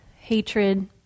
hatred